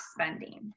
spending